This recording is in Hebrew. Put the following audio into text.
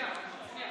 שנייה, שנייה.